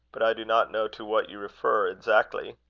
but i do not know to what you refer, exactly.